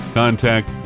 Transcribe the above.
contact